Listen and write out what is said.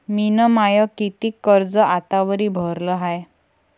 मिन माय कितीक कर्ज आतावरी भरलं हाय?